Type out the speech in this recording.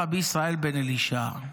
רבי ישמעאל בן אלישע".